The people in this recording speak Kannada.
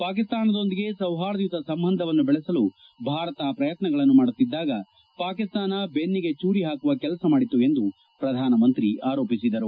ಪಾಕಿಸ್ತಾನದೊಂದಿಗೆ ಸೌಹಾರ್ದಯುತ ಸಂಬಂಧವನ್ನು ಬೆಳಿಸಲು ಭಾರತ ಪ್ರಯತ್ನಗಳನ್ನು ಮಾಡುತ್ತಿದ್ದಾಗ ಪಾಕಿಸ್ತಾನ ಬೆನ್ನಿಗೆ ಚೂರಿ ಹಾಕುವ ಕೆಲಸ ಮಾಡಿತು ಎಂದು ಪ್ರಧಾನಮಂತ್ರಿ ಆರೋಪಿಸಿದರು